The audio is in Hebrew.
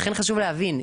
לכן חשוב להבין,